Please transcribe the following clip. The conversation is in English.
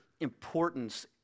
importance